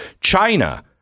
China